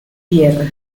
tierra